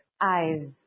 eyes